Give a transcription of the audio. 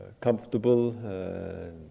comfortable